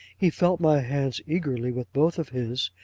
he felt my hands eagerly with both of his,